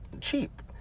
cheap